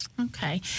Okay